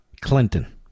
Clinton